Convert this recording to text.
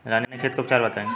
रानीखेत के उपचार बताई?